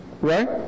right